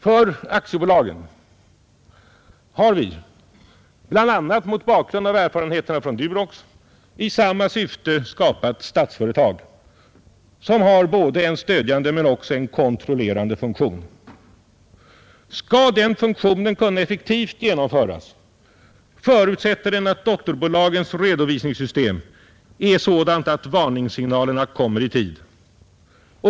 För aktiebolagen har vi, bl.a. mot bakgrund av erfarenheterna från Durox, i samma syfte skapat Statsföretag, som har både en stödjande och en kontrollerande funktion. Skall denna funktion kunna effektivt genomföras förutsätter den att dotterföretagens redovisningssystem är sådant att varningssignalerna kommer i tid.